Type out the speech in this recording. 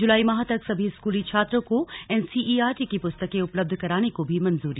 जूलाई माह तक सभी स्कूली छात्रों को एनसीईआरटी की पुस्तकें उपलब्ध कराने को भी मंजूरी